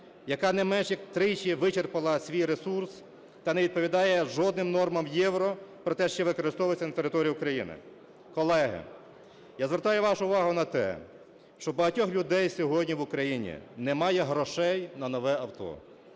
яка не менш як в тричі вичерпала свій ресурс та не відповідає жодним нормам "Євро", проте ще використовується на території України. Колеги, я звертаю вашу увагу на те, що у багатьох людей сьогодні в Україні немає грошей на нове авто,